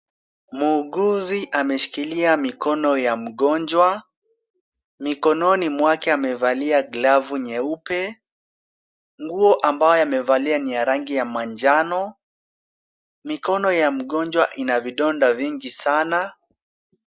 Muuguzi ameshikilia mikono ya mgonjwa. Mikononi mwake amevalia glavu nyeupe. Nguo ambayo amevalia ni ya rangi ya manjano. Mikono ya mgonjwa ina vidonda vingi sana.